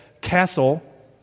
castle